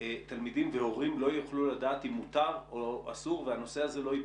תלמידים והורים לא יוכלו לדעת אם מותר או אסור והנושא הזה לא ייפתר.